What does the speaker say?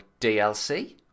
DLC